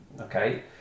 okay